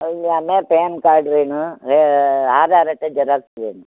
அதுவும் இல்லாம PAN card வேணும் ஆதார் அட்டை ஜெராக்ஸ் வேணும்